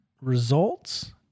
results